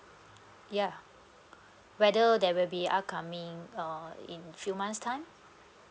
yeah whether there will be upcoming uh in a few months time